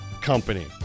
company